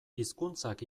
hizkuntzak